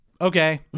okay